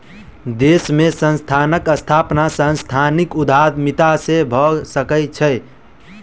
देश में संस्थानक स्थापना सांस्थानिक उद्यमिता से भअ सकै छै